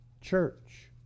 church